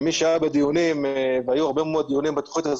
מי שהיה בדיונים - והיו הרבה מאוד דיונים בתכנית הזאת,